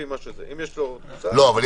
ולבי אופי